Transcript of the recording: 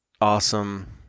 awesome